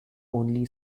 only